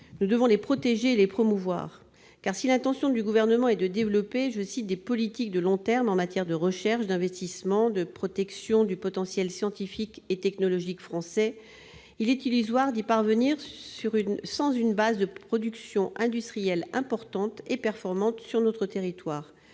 Nous devons les protéger et les promouvoir, car, si l'intention du Gouvernement est de développer « des politiques de long terme en matière de recherche, d'investissement, de protection du potentiel scientifique et technologique français », il est illusoire d'espérer y parvenir sans une base de production industrielle importante et performante sur notre territoire.